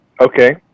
Okay